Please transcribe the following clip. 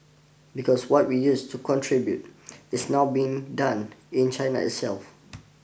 because what we used to contribute is now being done in China itself